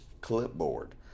clipboard